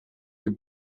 good